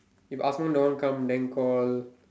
if Asman don't want to come then call